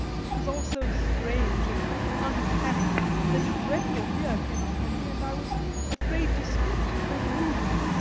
this was all so strange and uncanny that a dreadful fear came upon me, and i was afraid to speak or move.